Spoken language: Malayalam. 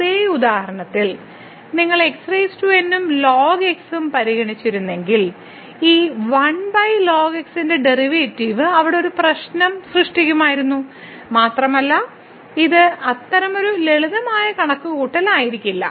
അതേ ഉദാഹരണത്തിൽ നിങ്ങൾ xn ഉം ln x ഉം പരിഗണിച്ചിരുന്നെങ്കിൽ ഈ 1 ln x ന്റെ ഡെറിവേറ്റീവ് അവിടെ ഒരു പ്രശ്നം സൃഷ്ടിക്കുമായിരുന്നു മാത്രമല്ല ഇത് അത്തരമൊരു ലളിതമായ കണക്കുകൂട്ടൽ ആയിരിക്കില്ല